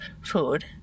food